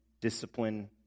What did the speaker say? discipline